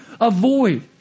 avoid